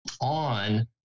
on